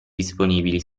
disponibili